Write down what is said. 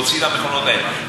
להוציא את המכונות האלה,